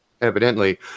evidently